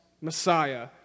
Messiah